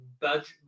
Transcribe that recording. budget